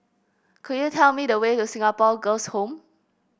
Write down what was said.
could you tell me the way to Singapore Girls' Home